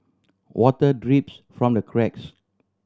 water drips from the cracks